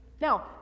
now